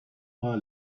far